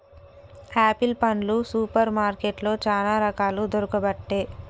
apple పండ్లు super మార్కెట్లో చానా రకాలు దొరుకబట్టె